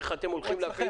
איך אתם הולכים להפעיל.